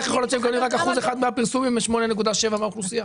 אז איך יכול להיות שהם מקבלים רק 1% מהפרסומים והם 8.7% מהאוכלוסייה?